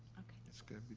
okay. that's good.